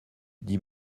dit